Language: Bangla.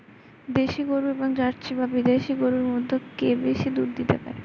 দেশী গরু এবং জার্সি বা বিদেশি গরু মধ্যে কে বেশি দুধ দিতে পারে?